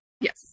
Yes